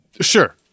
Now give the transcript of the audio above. Sure